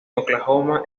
oklahoma